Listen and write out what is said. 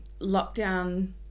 lockdown